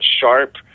sharp